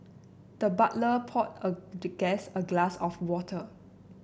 the butler poured a the guest a glass of water